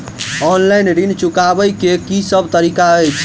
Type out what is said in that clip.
Online ऋण चुकाबै केँ की सब तरीका अछि?